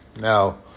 Now